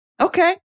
Okay